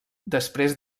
després